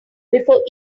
before